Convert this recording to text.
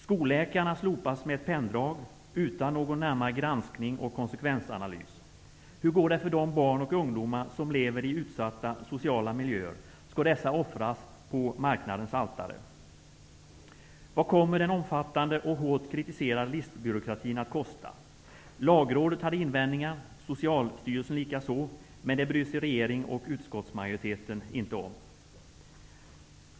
Skolläkarna slopas med ett penndrag, utan någon närmare granskning och konsekvensanalys. Hur går det för de barn och ungdomar som lever i utsatta sociala miljöer? Skall dessa offras på marknadens altare? Vad kommer den omfattande och hårt kritiserade listbyråkratin att kosta? Lagrådet hade invändningar, Socialstyrelsen likaså, men det bryr sig regeringen och utskottsmajoriteten inte om.